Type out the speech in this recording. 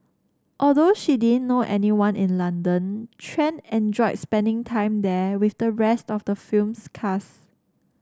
although she didn't know anyone in London Tran enjoyed spending time there with the rest of the film's cast